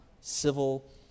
civil